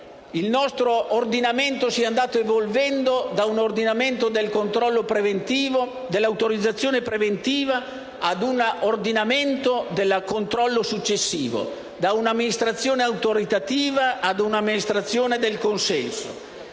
Il nostro ordinamento si è andato evolvendo da un ordinamento dell'autorizzazione preventiva ad un ordinamento del controllo successivo, da un'amministrazione autorizzativa ad un'amministrazione del consenso.